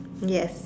yes